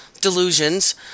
delusions